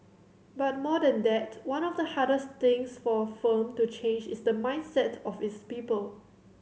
but more than that one of the hardest things for a firm to change is the mindset of its people